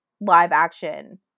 live-action